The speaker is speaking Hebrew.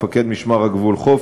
מפקד משמר הגבול חוף,